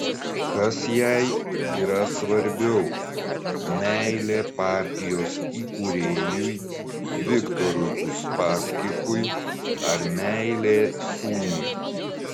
kas jai yra svarbiau meilė partijos įkūrėjui viktorui uspaskichui ar meilė sūnui